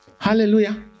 Hallelujah